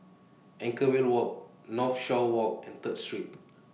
Anchorvale Walk Northshore Walk and Third Street